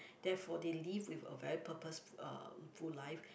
therefore they live with a very purpose~ uh ~ful life